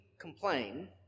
complain